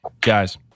Guys